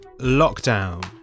lockdown